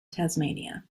tasmania